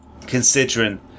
considering